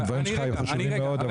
הדברים שלך חשובים מאוד,